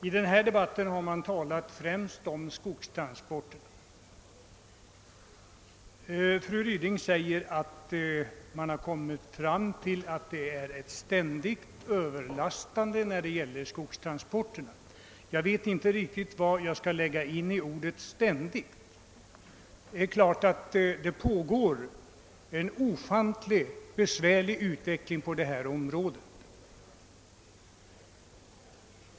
I denna debatt har man talat främst om skogstransporterna, och fru Ryding gör gällande att det har visat sig försiggå ett ständigt överlastande i samband med dessa. Jag vet emellertid inte riktigt vad jag skall lägga in i ordet »ständigt«. Det pågår en ofantligt besvärlig utveckling på detta område.